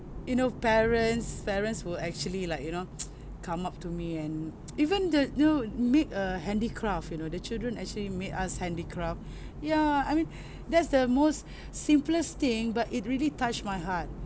you know parents parents will actually like you know come up to me and even the you know made a handicraft you know the children actually made us handicraft ya I mean that's the most simplest thing but it really touched my heart